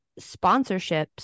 sponsorships